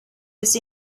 used